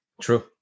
True